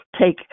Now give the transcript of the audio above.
take